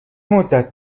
مدت